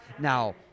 now